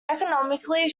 economically